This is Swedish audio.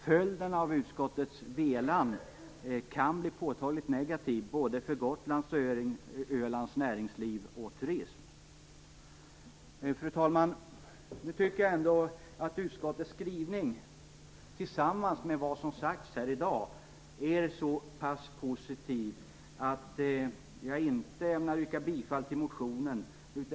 Följden av utskottets velande kan bli påtagligt negativt för både Gotlands och Ölands näringsliv och turism. Fru talman! Jag tycker ändå att utskottets skrivning tillsammans med vad som har sagts här i dag är så pass positiv att jag inte ämnar yrka bifall till motionen.